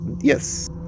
Yes